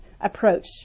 approach